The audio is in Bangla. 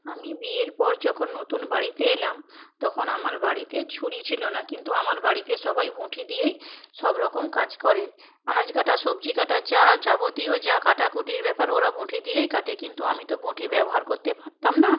আমি বিয়ের পর যখন নতুন বাড়িতে এলাম তখন আমার বাড়িতে ছুরি ছিল না কিন্তু আমার বাড়িতে সবাই বঁটি দিয়েই সবরকম কাজ করে আনাজ কাটা সবজি কাটা যা যাবতীয় যা কাটাকুটির ব্যাপার ওরা বঁটি দিয়েই কাটে কিন্তু আমি তো বঁটি ব্যবহার করতে পারতাম না